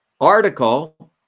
article